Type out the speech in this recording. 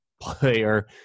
player